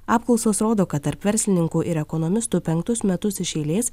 apklausos rodo kad tarp verslininkų ir ekonomistų penktus metus iš eilės